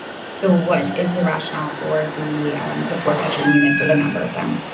so what is the rationale for the the four bedroom units or the number of them?